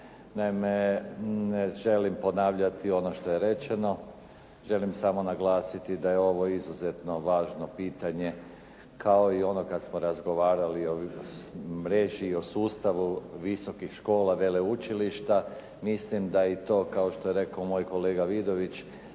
Naime, ne želim ponavljati ono što je rečeno, želim samo naglasiti da je ovo izuzetno važno pitanje, kao i ono kad smo razgovarali o mreži, o sustavu visokih škola veleučilišta mislim da i to kao što je rekao moj kolega Vidović,